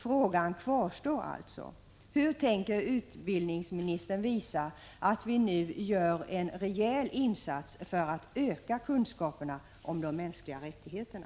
Frågan kvarstår alltså: Hur tänker utbildningsministern visa att vi nu gör en rejäl insats för att öka kunskaperna om de mänskliga rättigheterna?